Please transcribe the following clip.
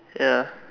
ya